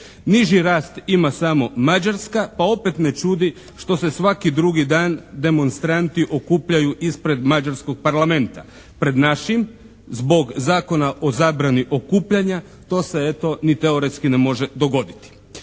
Niži rast ima samo Mađarska pa opet ne čudi što se svaki drugi dan demonstranti okupljaju ispred mađarskog Parlamenta. Pred našim zbog Zakona o zabrani okupljanja to se eto ni teoretski ne može dogoditi.